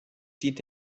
dient